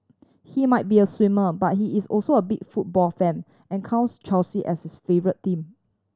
he might be a swimmer but he is also a big football fan and counts Chelsea as his favourite team